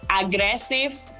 aggressive